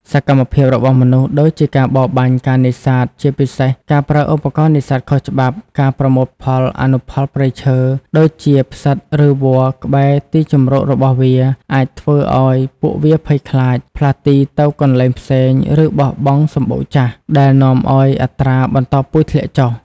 សកម្មភាពរបស់មនុស្ស ដូចជាការបរបាញ់ ការនេសាទ ជាពិសេសការប្រើឧបករណ៍នេសាទខុសច្បាប់ ការប្រមូលផលអនុផលព្រៃឈើ ដូចជាផ្សិត ឬវល្លិ៍ក្បែរទីជម្រករបស់វា អាចធ្វើឲ្យពួកវាភ័យខ្លាច ផ្លាស់ទីទៅកន្លែងផ្សេង ឬបោះបង់សម្បុកចោល ដែលនាំឲ្យអត្រាបន្តពូជធ្លាក់ចុះ។